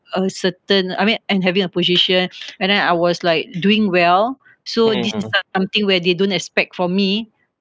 a certain I mean and having a position and then I was like doing well so this is something where they don't expect for me